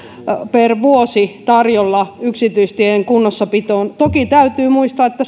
per vuosi tarjolla yksityisteiden kunnossapitoon toki täytyy muistaa että